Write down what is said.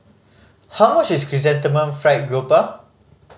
how much is Chrysanthemum Fried Garoupa